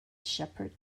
shepherd